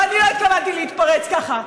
ואני לא התכוונתי להתפרץ ככה.